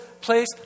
place